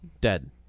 Dead